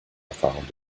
erfahrung